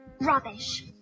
Rubbish